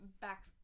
back